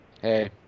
hey